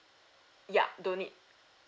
yup don't need